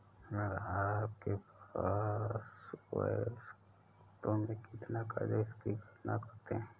ऋण आहार आपके पास वास्तव में कितना क़र्ज़ है इसकी गणना करते है